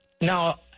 Now